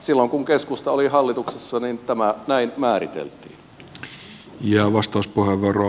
silloin kun keskusta oli hallituksessa tämä näin määriteltiin